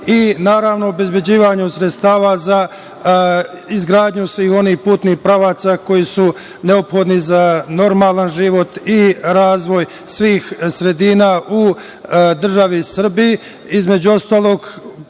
i naravno o obezbeđivanju sredstava za izgradnju svih onih putnih pravaca koji su neophodni za normalan život i razvoj svih sredina u državi Srbiji. Između ostalog,